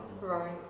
Right